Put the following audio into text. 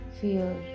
fear